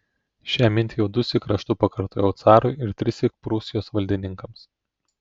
šią mintį jau dusyk raštu pakartojau carui ir trissyk prūsijos valdininkams